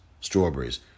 strawberries